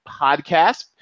podcast